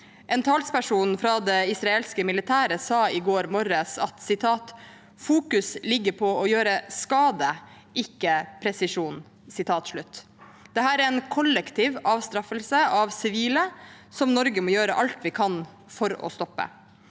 En talsperson fra det israelske militære sa i går morges at fokuset ligger på å gjøre skade, ikke presisjon. Dette er en kollektiv avstraffelse av sivile som Norge må gjøre alt vi kan for å stoppe.